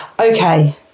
Okay